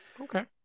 Okay